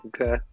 Okay